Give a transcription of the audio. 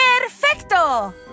Perfecto